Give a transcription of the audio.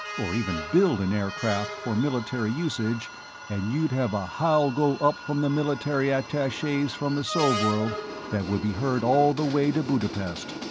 or even build an aircraft for military usage and you'd have a howl go up from the military attaches from the sov-world that would be heard all the way to budapest.